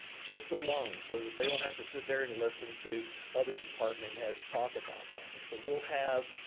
just alone, so that they don't have to sit there and listen to other department heads talk about things but we'll have,